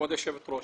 כבוד היושבת-ראש,